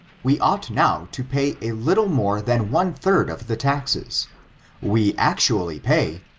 we ought now to pay a little more than one-third of the taxes we actually pay,